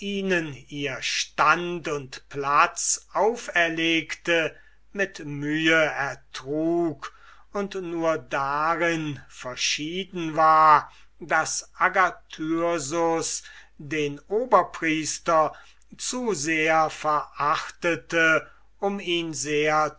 ihr stand und platz auferlegte mit mühe ertrug und nur darin verschieden war daß agathyrsus den oberpriester zu sehr verachtete um ihn